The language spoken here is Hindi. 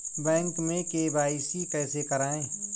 बैंक में के.वाई.सी कैसे करायें?